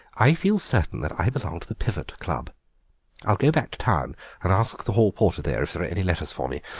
i feel certain that i belong to the pivot club i'll go back to town and ask the hall porter there if there are any letters for me.